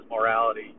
morality